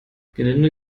gelinde